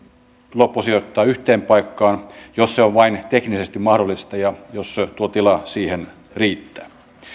loppusijoittaa yhteen paikkaan jos se on vain teknisesti mahdollista ja jos tuo tila siihen riittää